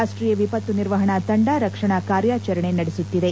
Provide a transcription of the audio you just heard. ರಾಷ್ಟ್ರೀಯ ವಿಪತ್ತು ನಿರ್ವಹಣಾ ತಂದ ರಕ್ಷಣಾ ಕಾರ್ಯಾಚರಣೆ ನಡೆಸುತ್ತಿದೆ